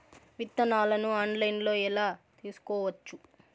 విత్తనాలను ఆన్లైన్లో ఎలా తీసుకోవచ్చు